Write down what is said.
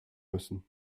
müssen